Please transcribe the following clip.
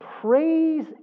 Praise